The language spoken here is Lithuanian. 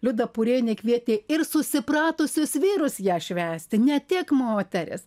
liuda purėnienė kvietė ir susipratusius vyrus ją švęsti ne tik moteris